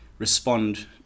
Respond